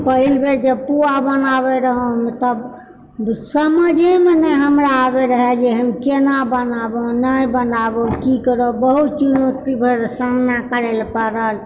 पहिल बेर जे पुआ बनाबै रहौ हम तब समझेमे नहि हमरा आबए रहए जे हम केना बनाबु नहि बनाबु कि करब बहुत चुनौती भरि सामना करै लऽ पड़ल